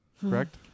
Correct